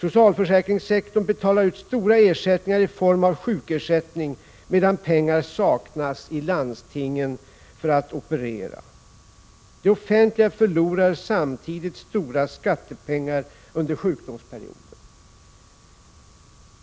Socialförsäkringssektorn betalar ut stora ersättningar i form av sjukpenning, medan pengar saknas i landstingen för att operera. Det offentliga förlorar samtidigt stora skattepengar under sjukdomsperioden.